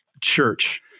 church